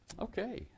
okay